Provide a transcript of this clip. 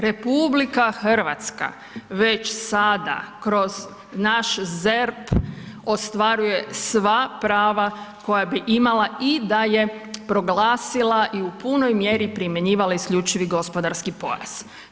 RH već sada kroz naš ZERP ostvaruje sva prava koja bi imala i da je proglasila i u punoj mjeri primjenjivala isključivi gospodarski pojas.